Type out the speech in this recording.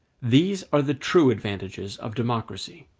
these are the true advantages of democracy.